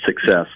success